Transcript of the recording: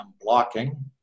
blocking